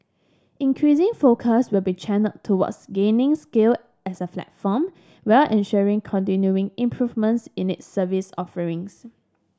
increasing focus will be channelled towards gaining scale as a platform while ensuring continuing improvements in its service offerings